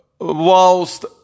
whilst